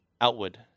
Outward